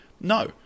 No